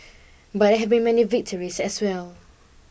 but there have been many victories as well